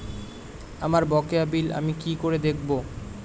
আমার বকেয়া বিল আমি কি করে দেখব?